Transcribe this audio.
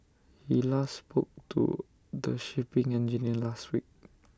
he last spoke to the shipping engineer last week